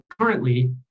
currently